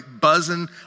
buzzing